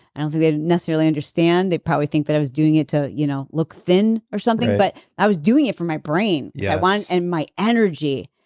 i don't think they'd necessarily understand. they'd probably think that i was doing it to you know look thin or something. but i was doing it for my brain yeah and my energy.